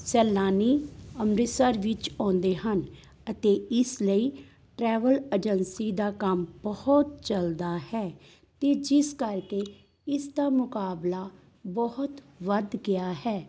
ਸੈਲਾਨੀ ਅੰਮ੍ਰਿਤਸਰ ਵਿੱਚ ਆਉਂਦੇ ਹਨ ਅਤੇ ਇਸ ਲਈ ਟਰੈਵਲ ਏਜੰਸੀ ਦਾ ਕੰਮ ਬਹੁਤ ਚੱਲਦਾ ਹੈ ਅਤੇ ਜਿਸ ਕਰਕੇ ਇਸ ਦਾ ਮੁਕਾਬਲਾ ਬਹੁਤ ਵੱਧ ਗਿਆ ਹੈ